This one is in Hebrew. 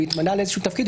הוא התמנה לאיזה תפקיד,